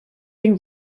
been